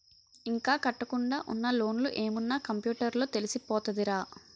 ఇంకా కట్టకుండా ఉన్న లోన్లు ఏమున్న కంప్యూటర్ లో తెలిసిపోతదిరా